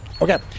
Okay